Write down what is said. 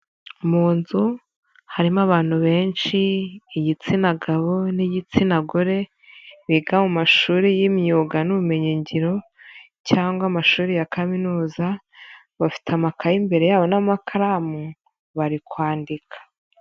Mu nzu harimo abantu benshi, igitsina gabo n'igitsina gore, biga mu mashuri y'imyuga n'ubumenyingiro cyangwa amashuri ya kaminuza, bafite amakaye imbere yabo n'amakaramu, bari kwandika.